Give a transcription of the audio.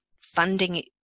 funding